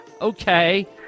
Okay